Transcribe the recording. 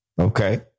Okay